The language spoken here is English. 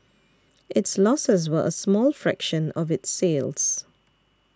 its losses were a small fraction of its sales